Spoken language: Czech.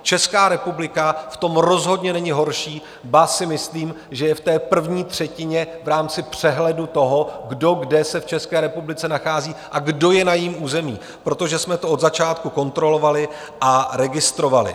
Česká republika v tom rozhodně není horší, ba si myslím, že je v první třetině v rámci přehledu toho, kdo kde se v České republice nachází a kdo je na jejím území, protože jsme to od začátku kontrolovali a registrovali.